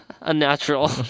unnatural